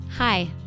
Hi